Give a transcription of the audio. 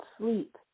sleep